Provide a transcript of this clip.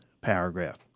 paragraph